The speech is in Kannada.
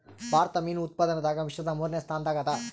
ಭಾರತ ಮೀನು ಉತ್ಪಾದನದಾಗ ವಿಶ್ವದ ಮೂರನೇ ಸ್ಥಾನದಾಗ ಅದ